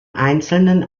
einzelnen